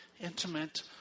intimate